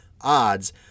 odds